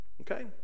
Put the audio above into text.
Okay